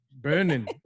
Burning